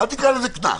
אל תקרא לזה "קנס".